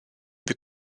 wir